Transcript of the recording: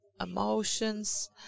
emotions